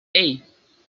hey